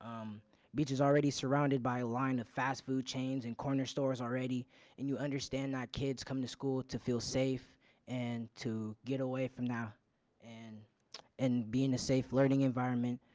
um beach is already surrounded by line of fast food chains and corner stores already and you understand that kids come to school to feel safe and to get away from that and and be in a safe learning environment.